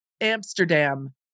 Amsterdam